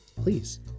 Please